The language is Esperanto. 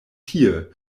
tie